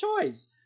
choice